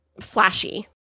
flashy